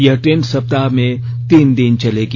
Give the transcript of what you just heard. यह ट्रेन सप्ताह में तीन दिन चलेगी